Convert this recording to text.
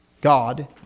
God